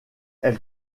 elle